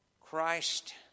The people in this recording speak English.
Christ